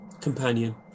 companion